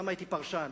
פעם הייתי פרשן,